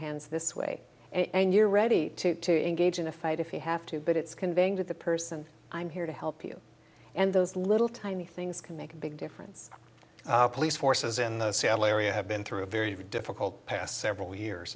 hands this way and you're ready to engage in a fight if you have to but it's conveying to the person i'm here to help you and those little tiny things can make a big difference police forces in the seattle area have been through a very difficult past several years